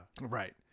right